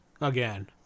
Again